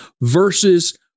versus